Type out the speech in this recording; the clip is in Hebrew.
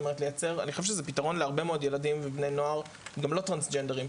אני חושב שזה פתרון להרבה מאוד ילדים ובני נוער גם לא טרנסג'נדרים,